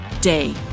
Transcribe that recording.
day